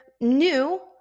new